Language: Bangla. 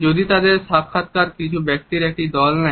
যদি তাদের সাক্ষাৎকার কিছু ব্যক্তির একটি দল নেয়